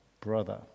brother